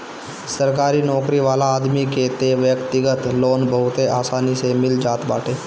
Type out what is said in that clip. सरकारी नोकरी वाला आदमी के तअ व्यक्तिगत लोन बहुते आसानी से मिल जात बाटे